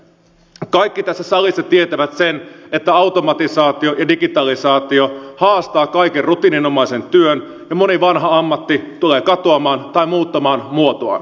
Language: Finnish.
kaikki tässä salissa tietävät sen että automatisaatio ja digitalisaatio haastavat kaiken rutiininomaisen työn ja moni vanha ammatti tulee katoamaan tai muuttamaan muotoaan